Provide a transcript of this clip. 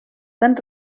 tan